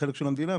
החלק של המדינה,